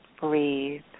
Breathe